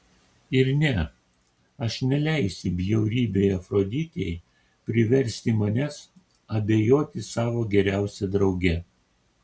ir ne aš neleisiu bjaurybei afroditei priversti manęs abejoti savo geriausia drauge